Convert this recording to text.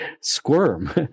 squirm